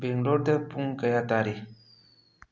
ꯕꯦꯡꯒ꯭ꯂꯣꯔꯗ ꯄꯨꯡ ꯀꯌꯥ ꯇꯥꯔꯤ